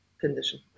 condition